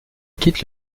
quitte